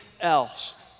else